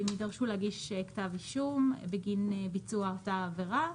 הם יידרשו להגיש כתב אישום בגין ביצוע אותה עבירה,